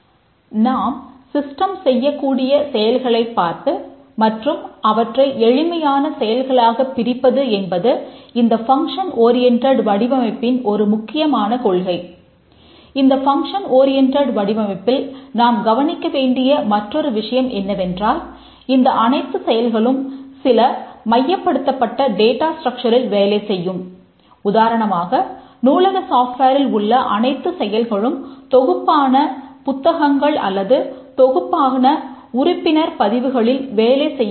நாம் சிஸ்டம் உள்ள அனைத்து செயல்களும் தொகுப்பான புத்தகங்கள் அல்லது தொகுப்பான உறுப்பினர் பதிவுகளில் வேலை செய்ய வேண்டி இருக்கும்